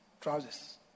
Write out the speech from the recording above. trousers